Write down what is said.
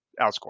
outscore